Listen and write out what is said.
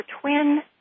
twin